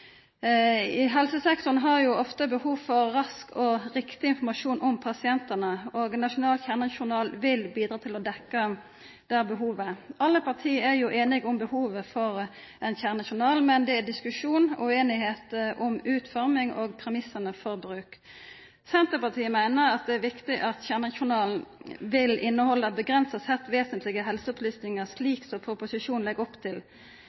I helsesektoren har ein ofte behov for rask og riktig informasjon om pasientane. Ein nasjonal kjernejournal vil bidra til å dekkja det behovet. Alle partia er samde om behovet for ein kjernejournal, men det er diskusjon og usemje om utforming og premissane for bruken. Senterpartiet meiner det er viktig at kjernejournalen vil innehalda avgrensa sett vesentlege helseopplysningar, slik som proposisjonen legg opp til.